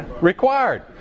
required